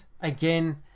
again